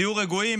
תהיו רגועים,